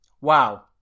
wow